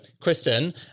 Kristen